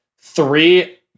three